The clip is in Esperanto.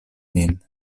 min